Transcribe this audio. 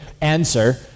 answer